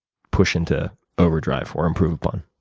push into overdrive or improve upon?